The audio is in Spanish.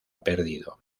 perdido